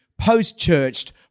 post-churched